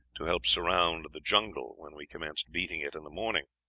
to help surround the jungle when we commenced beating it in the morning.